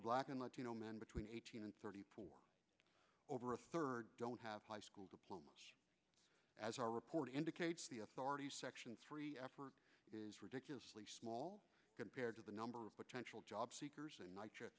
black and latino men between eighteen and thirty four over a third don't have high school diplomas as our report indicates the authority section three effort is ridiculously small compared to the number of potential job seekers and